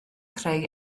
creu